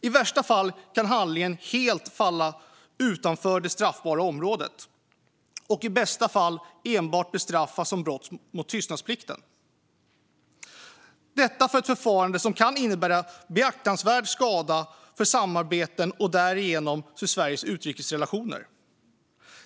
I värsta fall kan handlingen helt falla utanför det straffbara området och i bästa fall enbart bestraffas som brott mot tystnadsplikt - detta för ett förfarande som kan innebära beaktansvärd skada för samarbeten och därigenom för Sveriges utrikesrelationer.